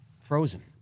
Frozen